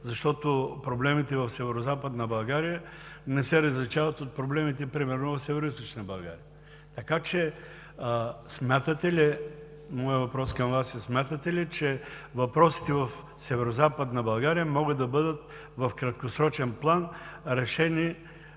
защото проблемите в Северозападна България не се различават от проблемите примерно в Североизточна България. Моят въпрос към Вас е: смятате ли, че въпросите в Северозападна България могат да бъдат решени в краткосрочен план,